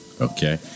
okay